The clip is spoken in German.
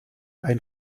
ein